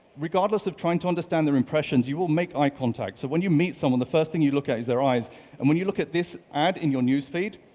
regardless of trying to understand their impressions, you will make eye contact. so when you meet someone, the first thing you look at is their eyes and when you look at this ad in your newsfeed,